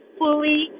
fully